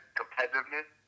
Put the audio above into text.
competitiveness